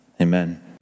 Amen